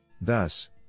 Thus